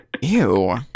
Ew